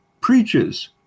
preaches